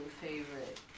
favorite